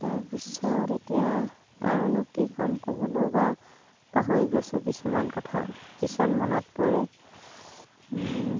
তাৰপিছত এতিয়া আৰুনো কি ক'ম ক'বলৈও বা পাহৰি গৈছো কিছুমান কথা পিছত মনত পৰে